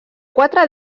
quatre